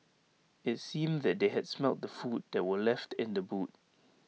IT seemed that they had smelt the food that were left in the boot